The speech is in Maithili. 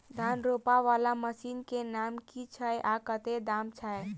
धान रोपा वला मशीन केँ नाम की छैय आ कतेक दाम छैय?